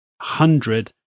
hundred